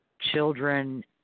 children